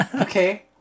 Okay